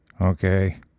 Okay